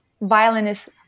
violinist